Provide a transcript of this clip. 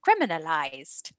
criminalized